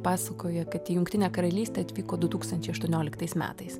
pasakoja kad į jungtinę karalystę atvyko du tūkstančiai aštuonioliktais metais